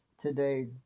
today